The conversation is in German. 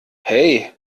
hey